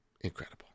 Incredible